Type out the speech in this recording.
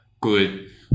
good